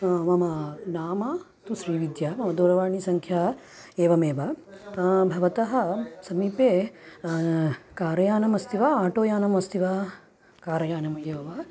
मम नाम तु श्रीविद्या मम दूरवाणी सङ्ख्या एवमेव भवतः समीपे कार यानमस्ति वा आटो यानम् अस्ति वा कार यानम् एव वा